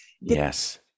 Yes